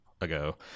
ago